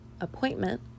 appointment